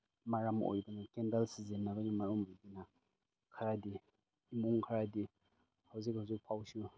ꯃꯔꯝ ꯑꯣꯏꯕꯅ ꯀꯦꯟꯗꯜ ꯁꯤꯖꯤꯟꯅꯕꯒꯤ ꯃꯔꯝ ꯑꯣꯏꯗꯨꯅ ꯈꯔꯗꯤ ꯏꯃꯨꯡ ꯈꯔꯗꯤ ꯍꯧꯖꯤꯛ ꯍꯧꯖꯤꯛ ꯐꯥꯎꯁꯤꯅ